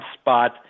spot